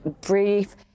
brief